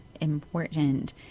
important